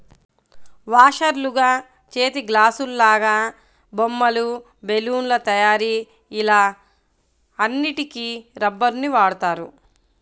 వాషర్లుగా, చేతిగ్లాసులాగా, బొమ్మలు, బెలూన్ల తయారీ ఇలా అన్నిటికి రబ్బరుని వాడుతారు